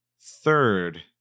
third